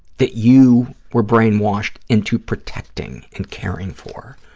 that you were brainwashed into protecting and caring for.